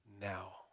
now